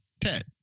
Ted